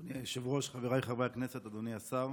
אדוני היושב-ראש, חבריי חברי הכנסת, אדוני השר,